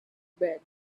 bed